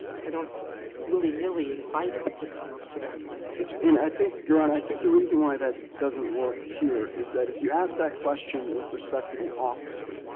i don't willy-nilly invite it to come up to my door. garre and i think your honor, i think the reason why that doesn't work here is that if you ask that question with respect to the officer,